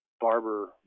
Barber